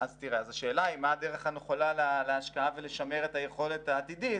אז השאלה היא מה הדרך הנכונה להשקעה ולשמר את היכולת העתידית,